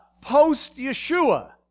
post-Yeshua